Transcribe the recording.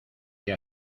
que